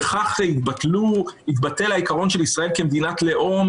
בכך יתבטל העיקרון של ישראל כמדינת לאום